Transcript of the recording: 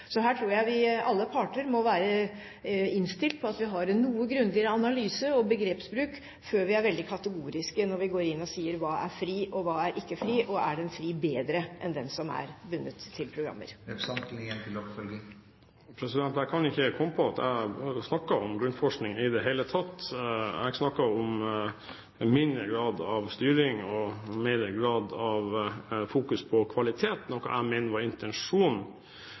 Så her tror jeg alle parter må være innstilt på at vi har en noe grundigere analyse og begrepsbruk før vi er veldig kategoriske, når vi går inn og sier hva som er fri, og hva som ikke er fri forskning, og om den frie er bedre enn den som er bundet til programmer. Jeg kan ikke komme på at jeg snakket om grunnforskning i det hele tatt. Jeg snakket om mindre grad av styring og større grad av fokus på kvalitet, noe jeg